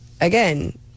again